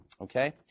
Okay